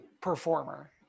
performer